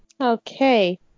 Okay